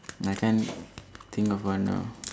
I can't think of one now